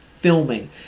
filming